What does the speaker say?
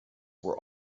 were